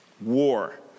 war